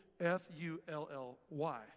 F-U-L-L-Y